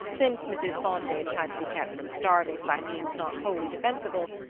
since mrs. fontage had to be kept from starving by means not wholly defensible,